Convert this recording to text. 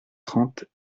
trente